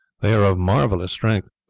they are of marvellous strength,